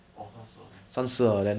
orh 三十二三十二